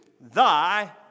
thy